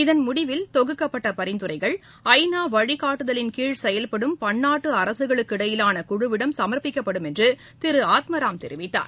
இதன் முடிவில் தொகுக்கப்பட்ட பரிந்துரைகள் ஐ நா வழிகாட்டுதலின்கீழ் செயல்படும் பன்னாட்டு அரசுகளுக்கு இடையிலான குழுவிடம் சமர்ப்பிக்கப்படும் என்று திரு ஆத்மராம் தெரிவித்தார்